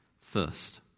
first